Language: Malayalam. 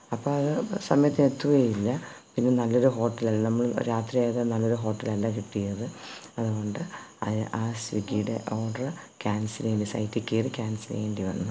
അപ്പോൾ അത് സമയത്തിന് എത്തുകയും ഇല്ല പിന്നെ നല്ലൊരു ഹോട്ടൽ അല്ല നമ്മൾ രാത്രി ആയത് നല്ലൊരു ഹോട്ടൽ അല്ല കിട്ടിയത് അതുകൊണ്ട് ആ സ്വിഗ്ഗിയുടെ ഓർഡർ ക്യാൻസൽ ചെയ്തു സൈറ്റിൽ കയറി ക്യാൻസൽ ചെയ്യേണ്ടിവന്നു